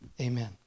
Amen